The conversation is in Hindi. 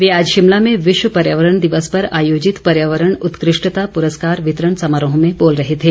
वे आज शिमला में विश्व पर्यावरण दिवस पर आयोजित पर्यावरण उत्कृष्ठता प्रस्कार वितरण समारोह में बोल रहे थे